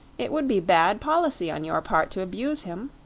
it would be bad policy on your part to abuse him.